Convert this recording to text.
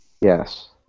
Yes